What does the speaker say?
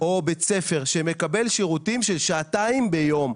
או בית ספר שמקבל שירותים של שעתיים ביום,